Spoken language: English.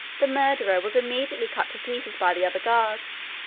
the murderer was immediately cut to pieces by the other guards.